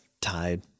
Tied